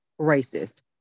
racist